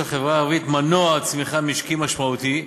החברה הערבית מנוע צמיחה משקי משמעותי,